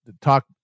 talk